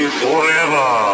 forever